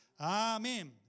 Amen